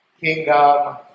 kingdom